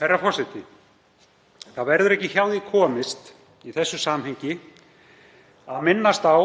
Herra forseti. Ekki verður hjá því komist í þessu samhengi að minnast á